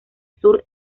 sur